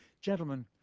Gentlemen